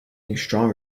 getting